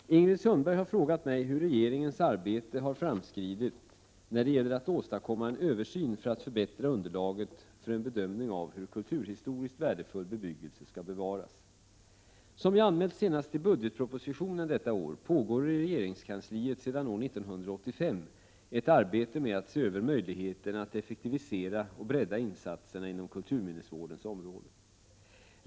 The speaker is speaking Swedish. Herr talman! Ingrid Sundberg har frågat mig hur regeringens arbete har framskridit när det gäller att åstadkomma en översyn för att förbättra underlaget för en bedömning av hur kulturhistoriskt värdefull bebyggelse skall bevaras. Som jag anmält senast i budgetpropositionen 1987 pågår i regeringskansliet sedan år 1985 ett arbete med att se över möjligheterna att effektivisera och bredda insatserna inom kulturminnesvårdens område.